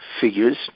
figures